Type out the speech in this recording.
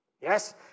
Yes